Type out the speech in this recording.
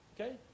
Okay